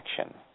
action